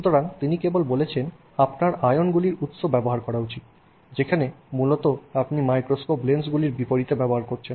সুতরাং তিনি কেবল বলেছেন আপনার আয়নগুলির উৎস ব্যবহার করা উচিত যেখানে মূলত আপনি মাইক্রোস্কোপ লেন্সগুলি বিপরীতে ব্যবহার করছেন